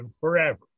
forever